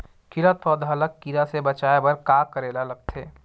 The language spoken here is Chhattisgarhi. खिलत पौधा ल कीरा से बचाय बर का करेला लगथे?